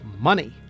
money